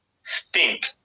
stink